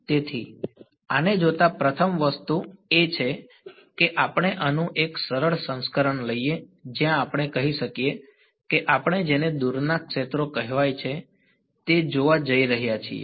તેથી આને જોતા પ્રથમ વસ્તુ એ છે કે આપણે આનું એક સરળ સંસ્કરણ લઈએ જ્યાં આપણે કહીએ કે આપણે જેને દૂરનાં ક્ષેત્રો કહેવાય છે તે જોવા જઈ રહ્યા છીએ